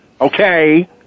Okay